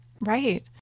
Right